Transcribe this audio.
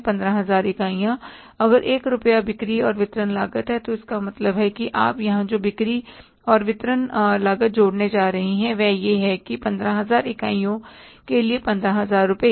15000 इकाइयाँ अगर 1 रुपया बिक्री और वितरण लागत है तो इसका मतलब है कि आप यहाँ जो बिक्री और वितरण लागत जोड़ने जा रहे हैं वह यह है कि 15000 इकाइयों के लिए 15000 रुपये